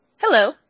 Hello